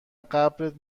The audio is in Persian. قبرت